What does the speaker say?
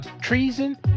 treason